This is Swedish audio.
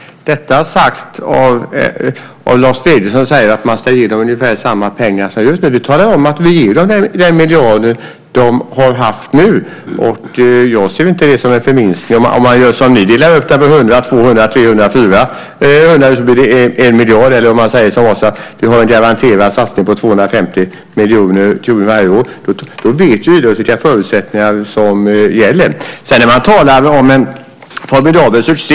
Fru talman! Detta är sagt av Lars Wegendal som säger att man ska ge dem ungefär samma pengar. Vi talar om att vi ger dem den miljard de har haft nu. Jag ser inte det som en förminskning. Om man gör som ni och delar upp det på 100, 200, 300, 400 blir det 1 miljard. Om man säger att man har en garanterad satsning på 250 miljoner kronor varje år vet idrotten vilka förutsättningar som gäller. Man talar om en formidabel succé.